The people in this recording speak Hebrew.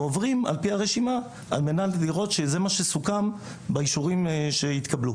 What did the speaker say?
ועוברים על פי הרשימה על מנת לראות שזה מה שסוכם באישורים שהתקבלו.